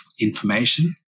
information